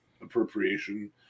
appropriation